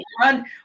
run